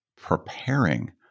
preparing